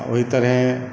ओहि तरहेँ